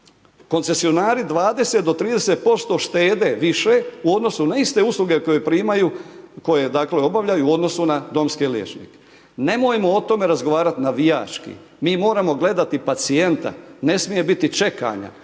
koncesionari 20 do 30% štede više u odnosu na iste usluge koje primaju, koje obavljaju u odnosu na domske liječnike. Nemojmo o tome razgovarati navijački, mi moramo gledati pacijenta, ne smije biti čekanja,